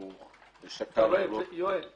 אז גם פה הייתה כוונה להעלות